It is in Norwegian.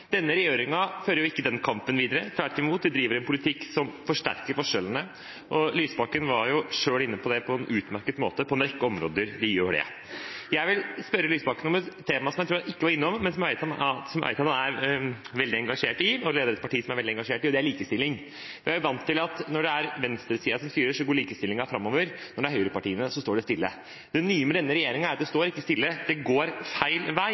Denne regjeringen fører ikke den kampen videre – tvert imot: De driver en politikk som forsterker forskjellene, og Lysbakken var jo på en utmerket måte selv inne på at på en rekke områder gjør regjeringen det. Jeg vil spørre Lysbakken om et tema som jeg tror han ikke var innom, men som jeg vet han er veldig engasjert i – og han leder et parti som er veldig engasjert i det – og det er likestilling. Vi er vant til at når det er venstresiden som styrer, går likestillingen framover; når det er høyrepartiene, står det stille. Det nye med denne regjeringen er at det står ikke stille; det går feil vei.